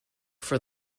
for